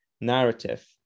narrative